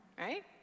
right